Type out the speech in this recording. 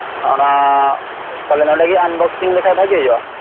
ᱚᱱᱟ ᱛᱟᱦᱚᱞᱮ ᱱᱚᱰᱮᱜᱮ ᱟᱱᱵᱚᱠᱥᱤᱝ ᱞᱮᱠᱷᱟᱱ ᱵᱷᱟᱜᱮ ᱦᱳᱭᱳᱜᱼᱟ